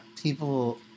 people